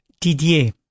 Didier